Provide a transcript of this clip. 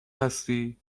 هستی